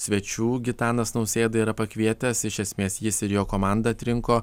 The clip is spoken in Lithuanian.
svečių gitanas nausėda yra pakvietęs iš esmės jis ir jo komanda atrinko